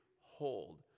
hold